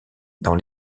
dans